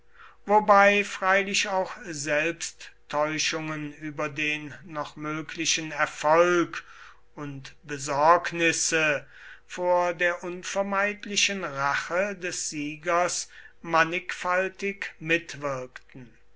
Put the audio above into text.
wobei freilich auch selbsttäuschungen über den noch möglichen erfolg und besorgnisse vor der unvermeidlichen rache des siegers mannigfaltig mitwirkten